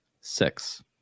six